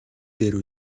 дээр